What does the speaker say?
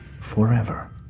forever